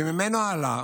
שממנו עלה